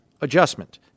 adjustment